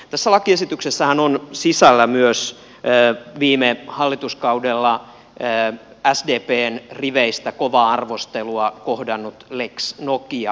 tässä lakiesityksessähän on sisällä myös viime hallituskaudella sdpn riveistä kovaa arvostelua kohdannut lex nokia